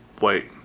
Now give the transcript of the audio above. wait